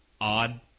odd